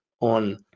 on